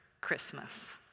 Christmas